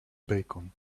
bacon